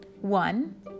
One